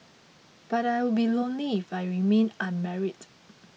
but I would be lonely if I remained unmarried